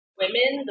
women